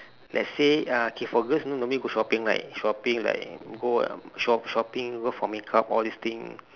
let's say ah okay for girls you know normally go shopping right shopping like go um shop~ shopping go for makeup all these thing